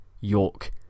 York